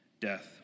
death